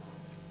כִּתות.